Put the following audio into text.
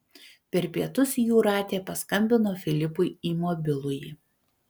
per pietus jūratė paskambino filipui į mobilųjį